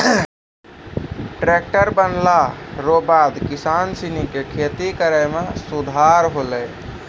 tractor बनला रो बाद किसान सनी के खेती करै मे सुधार होलै